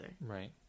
Right